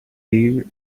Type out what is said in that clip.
their